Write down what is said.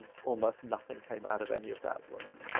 ah almost nothing came out of any of that work.